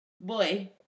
Boy